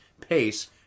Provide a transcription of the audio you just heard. pace